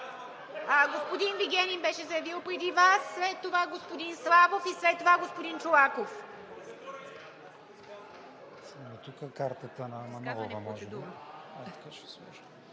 Господин Вигенин беше заявил преди Вас, след това господин Славов и след това господин Чолаков.